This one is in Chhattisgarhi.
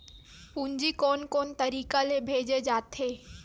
पूंजी कोन कोन तरीका ले भेजे जाथे?